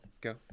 go